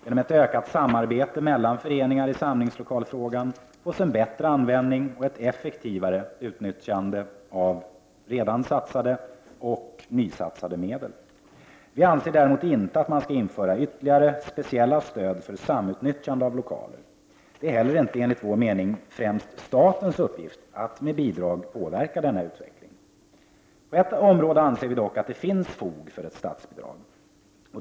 Genom ett ökat samarbete mellan föreningar i samlingslokalsfrågan får man en förbättrad användning och ett effektivare utnyttjande av redan satsade och nysatsade medel. Vi anser däremot inte att man skall införa ytterligare, speciella stöd för samutnyttjande av lokaler. Det är inte heller enligt vår mening främst statens uppgift att med bidrag påverka denna utveckling. På ett område anser vi dock att det finns fog för ett statsbidrag.